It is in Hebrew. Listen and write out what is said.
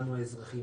לנו הכוונה לאזרחים.